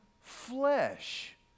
flesh